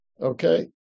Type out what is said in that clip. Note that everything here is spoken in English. Okay